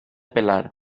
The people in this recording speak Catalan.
pelar